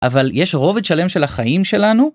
אבל יש רובד שלם של החיים שלנו?